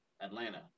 Atlanta